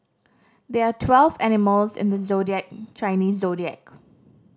there are twelve animals in the zodiac Chinese zodiac